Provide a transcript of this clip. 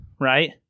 right